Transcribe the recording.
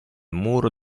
muro